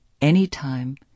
anytime